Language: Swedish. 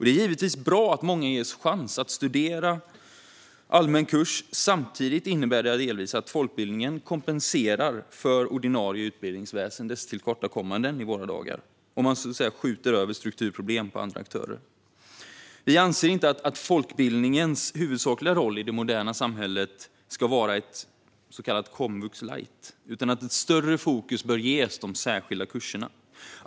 Det är givetvis bra att många ges chans att studera allmän kurs, men samtidigt innebär det delvis att folkbildningen kompenserar för det ordinarie utbildningsväsendets tillkortakommanden. Man skjuter så att säga över strukturproblem på andra aktörer. Vi anser inte att folkbildningens huvudsakliga roll i det moderna samhället ska vara ett komvux light utan att ett större fokus bör ges de särskilda kurserna.